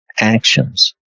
actions